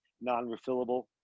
non-refillable